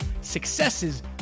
successes